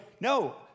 no